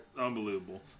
unbelievable